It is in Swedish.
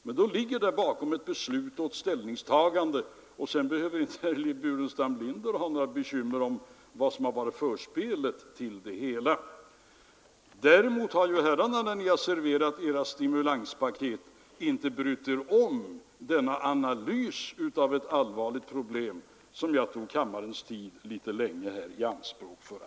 Och bakom förslaget ligger då ett ställningstagande och ett beslut, och herr Burenstam Linder behöver ju inte ha några bekymmer om vad som har varit förspelet till förslaget. Däremot har herrarna själva, när ni har serverat era stimulanspaket, inte brytt er om en analys av ett allvarligt problem som jag litet länge tog kammarens tid i anspråk för att redogöra för.